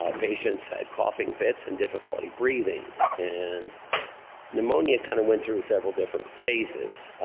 ah patients had coughing fits and difficulty breathing. and pneumonia kind of went through several different phases.